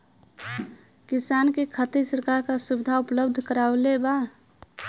किसान के खातिर सरकार का सुविधा उपलब्ध करवले बा?